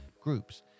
groups